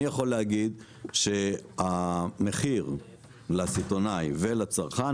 אני יכול להגיד שהמחיר לסיטונאי ולצרכן